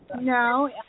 No